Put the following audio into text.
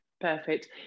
Perfect